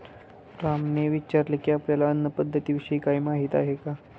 रामने विचारले की, आपल्याला अन्न पद्धतीविषयी काही माहित आहे का?